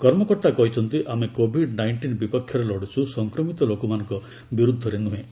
କର୍ମକର୍ତ୍ତା କହିଛନ୍ତି ଆମେ କୋଭିଡ୍ ନାଇଷ୍ଟିନ୍ ବିପକ୍ଷରେ ଲଢୁଛୁ ସଂକ୍ରମିତ ଲୋକମାନଙ୍କ ବିରୁଦ୍ଧରେ ନୁହେଁ